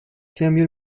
samuel